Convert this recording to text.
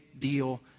deal